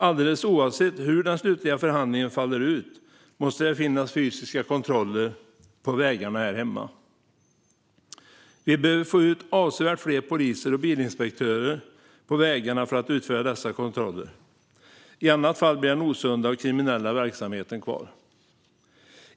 Alldeles oavsett hur den slutliga förhandlingen faller ut måste det finnas fysiska kontroller på vägarna här hemma. Vi behöver få ut avsevärt fler poliser och bilinspektörer på vägarna för att utföra dessa kontroller. I annat fall blir den osunda och kriminella verksamheten kvar.